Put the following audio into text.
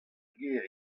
gêr